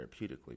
therapeutically